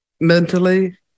mentally